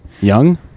young